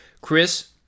Chris